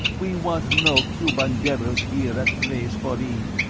we want no cuban devils here at cray's folly.